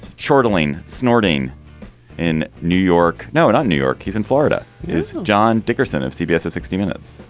chortling. snorting in new york. no, not new york. he's in florida is john dickerson of cbs sixty minutes.